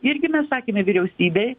irgi mes sakėme vyriausybei